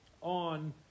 on